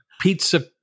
pizza